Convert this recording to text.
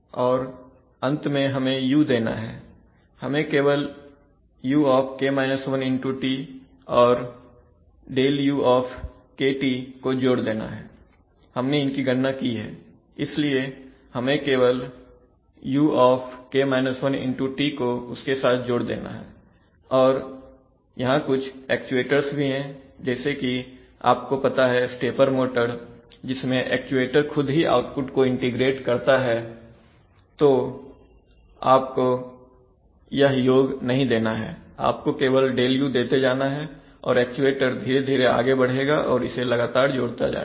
और अंत में हमें u देना है हमें केवल uT और Δu को जोड़ देना है हमने इनकी गणना की है इसलिए हमें केवल uTको उसके साथ जोड़ देना है और यहां कुछ एक्चुएटर्स भी हैं जैसे कि आपको पता है स्टेपर मोटर्स जिसमें एक्चुएटर खुद ही आउटपुट को इंटीग्रेट करता है तो आपको यह योग नहीं देना है आपको केवल Δu देते जाना है और एक्चुएटर धीरे धीरे आगे बढ़ेगा और इसे लगातार जोड़ता जाएगा